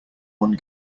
one